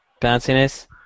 Bounciness